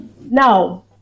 Now